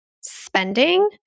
spending